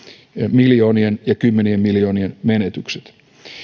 miljoonien ja kymmenien miljoonien menetykset